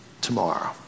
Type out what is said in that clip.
tomorrow